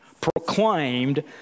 proclaimed